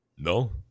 No